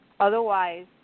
Otherwise